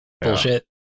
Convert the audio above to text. bullshit